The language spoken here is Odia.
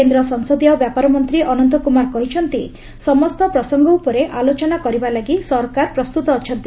କେନ୍ଦ୍ର ସଂସଦୀୟ ବ୍ୟାପାର ମନ୍ତ୍ରୀ ଅନନ୍ତ କୁମାର କହିଛନ୍ତି ସମସ୍ତ ପ୍ରସଙ୍ଗ ଉପରେ ଆଲୋଚନା କରିବା ଲାଗି ସରକାର ପ୍ରସ୍ତୁତ ଅଛନ୍ତି